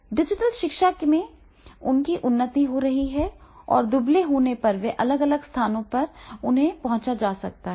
digital शिक्षा में उनकी उन्नति होती है और दुबले होने पर भी अलग अलग स्थानों पर उन्हें पहुँचा जा सकता है